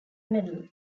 medal